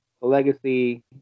Legacy